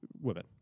women